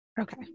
Okay